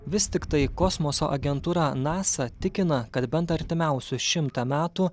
vis tiktai kosmoso agentūra nasa tikina kad bent artimiausius šimtą metų